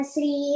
Sri